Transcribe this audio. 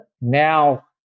Now